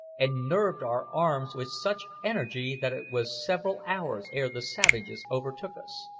and nerved our arms with such energy that it was several hours ere the savages overtook us.